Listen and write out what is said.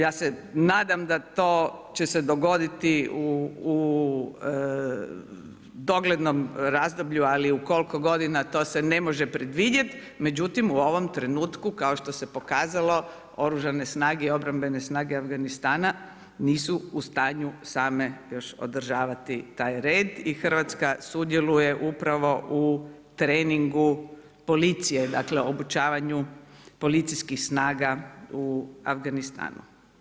Ja se nadam da to će se dogoditi u doglednom razdoblju, ali u koliko godina to se ne može predvidjeti međutim u ovom trenutku kao što se pokazalo oružane snage i obrambene snage Afganistana nisu u stanju same još održavati taj red i Hrvatska sudjeluje upravo u treningu policije, dakle obučavanju policijskih snaga u Afganistanu.